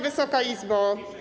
Wysoka Izbo!